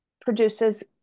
produces